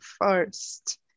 first